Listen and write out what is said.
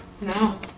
No